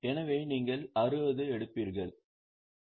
எனவே நீங்கள் 60 எடுப்பீர்களா